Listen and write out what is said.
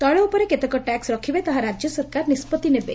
ତୈଳ ଉପରେ କେତେ ଟ୍ୟାକ୍କ ରଖିବେ ତାହା ରାଜ୍ୟ ସରକାର ନିଷ୍ବଭି ନେବେ